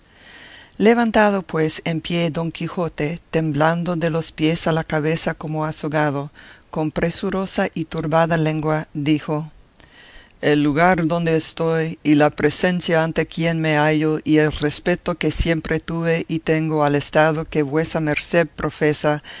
levantado pues en pie don quijote temblando de los pies a la cabeza como azogado con presurosa y turbada lengua dijo el lugar donde estoy y la presencia ante quien me hallo y el respeto que siempre tuve y tengo al estado que vuesa merced profesa